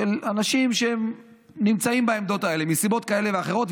של אנשים שנמצאים בעמדות האלה מסיבות כאלה ואחרות,